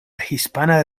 hispana